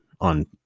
on